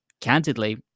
candidly